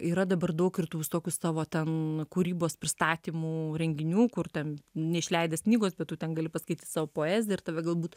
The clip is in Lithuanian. yra dabar daug ir tų visokių savo ten kūrybos pristatymų renginių kur ten neišleidęs knygos bet tu ten gali paskaityt savo poeziją ir tave galbūt